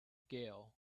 gale